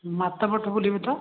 ମାତାମଠ ବୁଲାଇବେ ତ